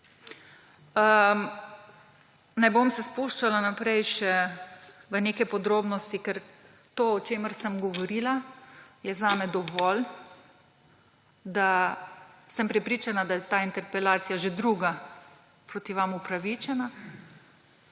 Ne bom se spuščala naprej še v neke podrobnosti, ker to, o čemer sem govorila, je zame dovolj, da sem prepričana, da je ta interpelacija, že druga proti vam, upravičena.